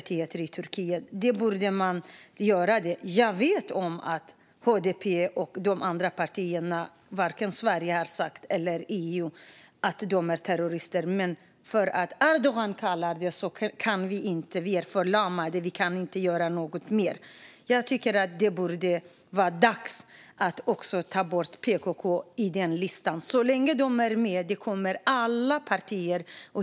Nu vet jag att varken EU eller Sverige har sagt att HDP och de andra partierna är terrorister, men när Erdogan gör det blir vi förlamade och kan inte göra mer. Jag tycker att det också borde vara dags att ta bort PKK från den listan.